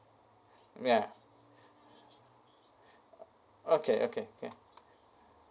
ya okay okay ya